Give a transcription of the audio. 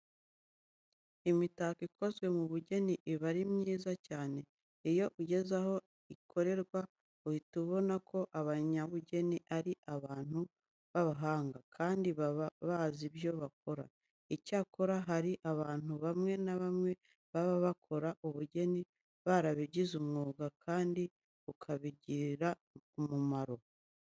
Imitako ikozwe mu bugeni iba ari myiza cyane. Iyo ugeze aho ikorerwa uhita ubona ko abanyabugeni ari abantu b'abahanga, kandi baba bazi ibyo bakora. Icyakora, hari abantu bamwe na bamwe baba bakora ubugeni barabigize umwuga kandi ukabagirira umumaro.